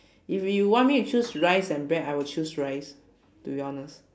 if you want me to choose rice and bread I will choose rice to be honest